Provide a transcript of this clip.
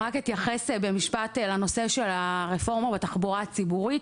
רק אתייחס במשפט לנושא של הרפורמה בתחבורה הציבורית.